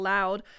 Loud